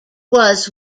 was